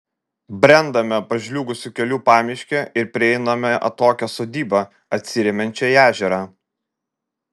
brendame pažliugusiu keliu pamiške ir prieiname atokią sodybą atsiremiančią į ežerą